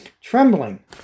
trembling